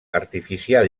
artificial